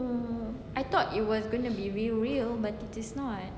no I thought it was going to be real but it's not